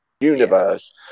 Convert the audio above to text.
universe